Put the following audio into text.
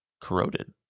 corroded